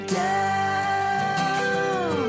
down